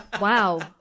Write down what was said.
Wow